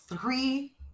three